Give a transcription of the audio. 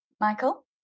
Michael